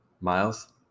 Miles